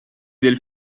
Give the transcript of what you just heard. del